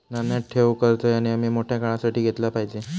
ध्यानात ठेव, कर्ज ह्या नेयमी मोठ्या काळासाठी घेतला पायजे